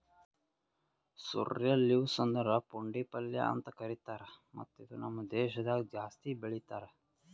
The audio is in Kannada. ಸೋರ್ರೆಲ್ ಲೀವ್ಸ್ ಅಂದುರ್ ಪುಂಡಿ ಪಲ್ಯ ಅಂತ್ ಕರಿತಾರ್ ಮತ್ತ ಇದು ನಮ್ ದೇಶದಾಗ್ ಜಾಸ್ತಿ ಬೆಳೀತಾರ್